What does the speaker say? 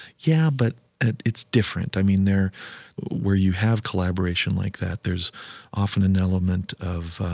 yeah, but and it's different. i mean, they're where you have collaboration like that, there's often an element of